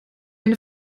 eine